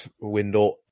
window